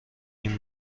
این